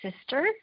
sister